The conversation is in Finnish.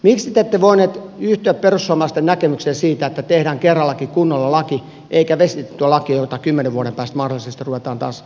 miksi te ette voineet yhtyä perussuomalaisten näkemykseen siitä että tehdään kerrallakin kunnolla laki eikä vesitettyä lakia jota kymmenen vuoden päästä mahdollisesti ruvetaan taas uudistamaan